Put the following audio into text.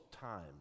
times